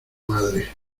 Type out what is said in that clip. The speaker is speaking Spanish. madre